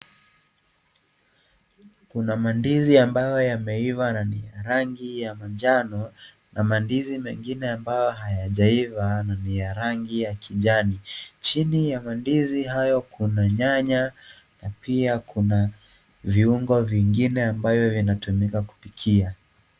Kuna mandizi ambayo yameiva na ni ya rangi ya manjano na mandizi mengine ambayo hayajaiva na ni ya rangi ya kijani. Chini ya mandizi hayo kuna nyanya na pia kuna viungo vingine ambayo vinatumika kupikia.